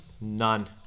None